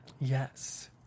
Yes